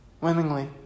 willingly